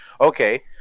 okay